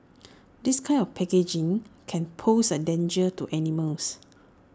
this kind of packaging can pose A danger to animals